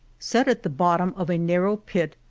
set at the bottom of a narrow pit,